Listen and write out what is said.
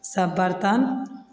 सब बर्तन